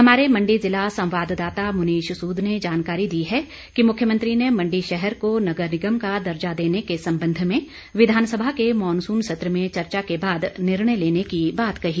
हमारे मंडी ज़िला संवाददाता मुनीश सूद ने जानकारी दी है कि मुख्यमंत्री ने मंडी शहर को नगर निगम का दर्जा देने के संबंध में विधानसभा के मॉनसून सत्र में चर्चा के बाद निर्णय लेने की बात कही